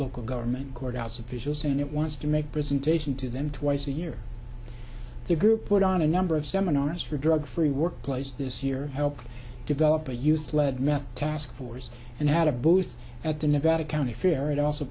local government courthouse officials and it wants to make presentation to them twice a year the group put on a number of seminars for drug free workplace this year helped develop a used lead meth task force and had a booth at the nevada county fair it also